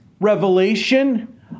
revelation